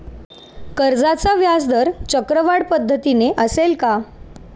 कर्जाचा व्याजदर चक्रवाढ पद्धतीने असेल का?